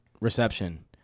reception